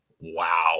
wow